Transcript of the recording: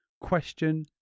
question